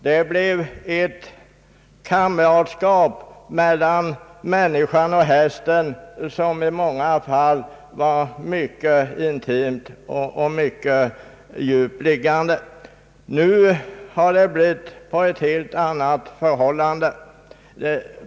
Det blev ett kamratskap mellan människan och hästen som i många fall låg mycket djupt. Nu har det blivit på ett helt annat sätt.